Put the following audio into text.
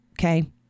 Okay